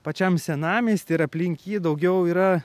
pačiam senamiesty ir aplink jį daugiau yra